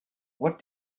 what